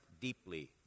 deeply